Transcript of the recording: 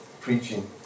preaching